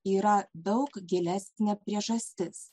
yra daug gilesnė priežastis